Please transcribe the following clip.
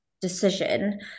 decision